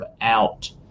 out